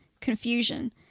Confusion